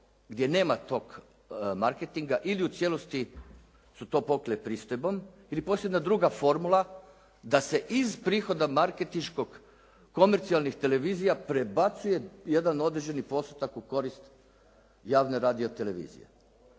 gdje nema tog marketinga ili u cijelosti su to pokrile pristojbom ili postoji jedna druga formula da se iz prihoda marketinškog komercijalnih televizija prebacuje jedan određeni postotak u korist javne radiotelevizije.